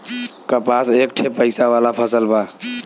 कपास एक ठे पइसा वाला फसल बा